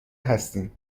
هستیم